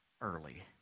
early